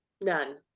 None